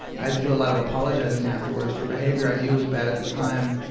i have to do a lot of apologizing afterwards for behavior i knew was bad at the time,